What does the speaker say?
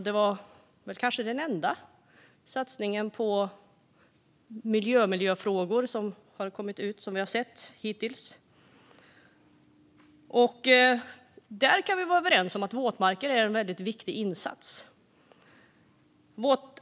Det var kanske den enda satsningen på miljöfrågor som vi hittills har sett. Vi kan vara överens om att det är viktigt med insatser när det gäller våtmarker.